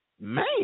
Man